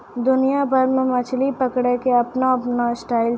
दुनिया भर मॅ मछली पकड़ै के आपनो आपनो स्टाइल छै